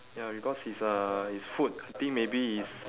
ya because it's uh it's food I think maybe it's